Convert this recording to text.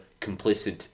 complicit